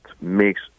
makes